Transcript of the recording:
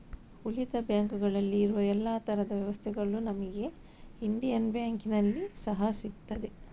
ಉಳಿದ ಬ್ಯಾಂಕುಗಳಲ್ಲಿ ಇರುವ ಎಲ್ಲಾ ತರದ ವ್ಯವಸ್ಥೆಗಳು ನಮಿಗೆ ಇಂಡಿಯನ್ ಬ್ಯಾಂಕಿನಲ್ಲಿ ಸಹಾ ಸಿಗ್ತದೆ